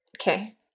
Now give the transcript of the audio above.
Okay